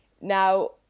Now